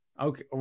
Okay